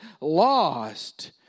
lost